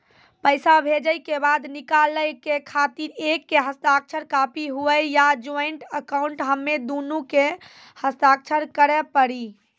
पैसा भेजै के बाद निकाले के खातिर एक के हस्ताक्षर काफी हुई या ज्वाइंट अकाउंट हम्मे दुनो के के हस्ताक्षर करे पड़ी?